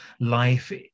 life